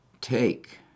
take